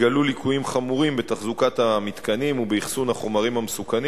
התגלו ליקויים חמורים בתחזוקת המתקנים ובאחסון החומרים המסוכנים